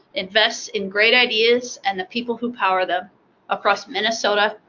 invests in great ideas and the people who power them across minnesota,